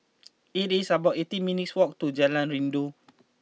it is about eighteen minutes' walk to Jalan Rindu